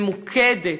ממוקדת,